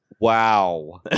Wow